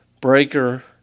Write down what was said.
Breaker